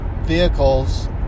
vehicles